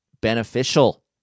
beneficial